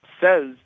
says